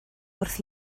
wrth